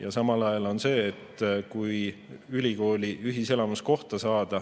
Ja samal ajal on nii, et kui ülikooli ühiselamus tahad kohta saada,